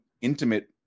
intimate